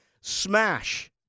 smash